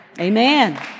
Amen